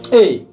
Hey